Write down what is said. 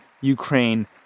Ukraine